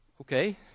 okay